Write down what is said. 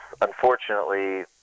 unfortunately